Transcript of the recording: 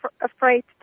afraid